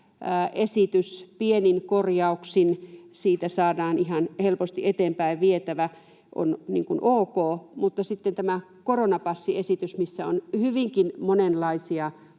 esitys, pienin korjauksin siitä saadaan ihan helposti eteenpäinvietävä, on ok, mutta myös tämä koronapassiesitys, missä on hyvinkin monenlaisia